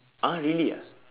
ah really ah